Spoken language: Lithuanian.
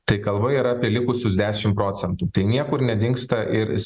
tai kalba yra apie likusius dešimt procentų tai niekur nedingsta ir